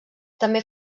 també